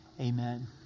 Amen